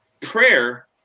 prayer